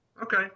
Okay